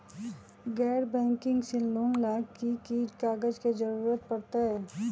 गैर बैंकिंग से लोन ला की की कागज के जरूरत पड़तै?